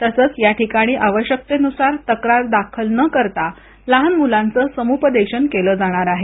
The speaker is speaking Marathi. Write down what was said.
तसंच या ठिकाणी आवश्कतेनुसार तक्रार दाखल न करता लहान मुलांचं समुपदेशन केले जाणार आहे